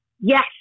Yes